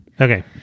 Okay